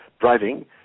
driving